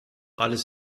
alles